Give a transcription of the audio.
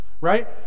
right